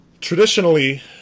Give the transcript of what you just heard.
Traditionally